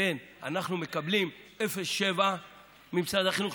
אנחנו מקבלים 07 ממשרד החינוך,